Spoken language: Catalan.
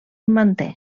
manté